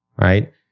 Right